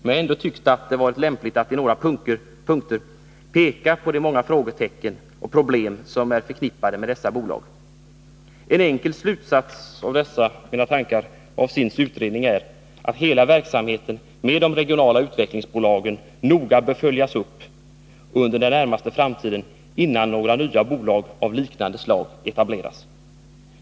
Jag har ändå tyckt det vara lämpligt att i några punkter peka på de många frågetecken och problem som är förknippade med dessa bolag. En enkel slutsats av mina tankar och av SIND:s utredning är att hela verksamheten med de regionala utvecklingsbolagen noga bör följas upp under den närmaste framtiden innan några nya bolag av liknande slag etableras.